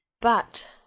but